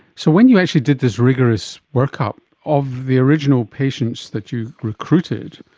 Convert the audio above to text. so when you actually did this rigorous workup of the original patients that you recruited,